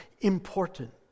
important